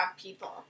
people